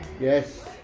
Yes